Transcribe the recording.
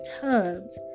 times